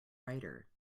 rider